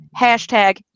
hashtag